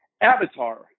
Avatar